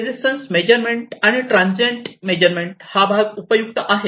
resistance measurement आणि transient measurement हा भाग उपयुक्त आहे